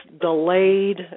delayed